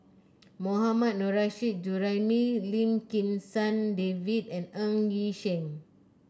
Mohammad Nurrasyid Juraimi Lim Kim San David and Ng Yi Sheng